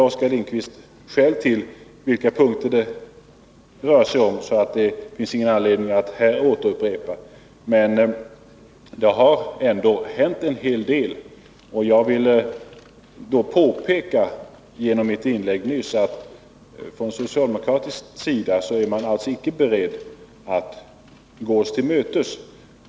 Oskar Lindkvist känner själv till vilka punkter det rör sig om, så det finns ingen anledning för mig att räkna upp dem här. Det har hänt en hel del, och jag ville i mitt inlägg nyss påpeka att från socialdemokratisk sida är man inte beredd att gå oss till mötes.